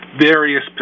various